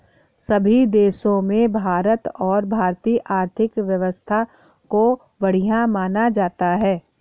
सभी देशों में भारत और भारतीय आर्थिक व्यवस्था को बढ़िया माना जाता है